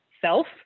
self